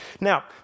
Now